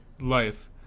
life